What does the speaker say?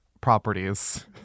properties